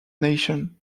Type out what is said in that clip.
nation